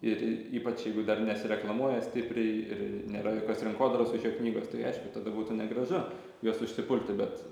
ir ypač jeigu dar nesireklamuoja stipriai ir nėra jokios rinkodaros iš jo knygos tai aišku tada būtų negražu juos užsipulti bet